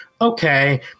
okay